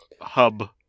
hub